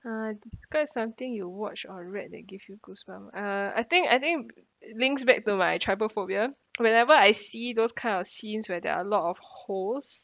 uh describe something you watched or read that give you goosebumps uh I think I think links back to my trypophobia whenever I see those kind of scenes where there are a lot of holes